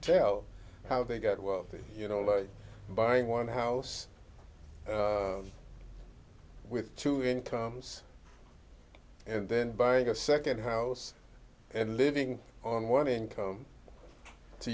tell how they got well you know like buying one house with two incomes and then buying a second house and living on one income to